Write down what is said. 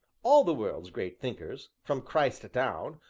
all the world's great thinkers, from christ down,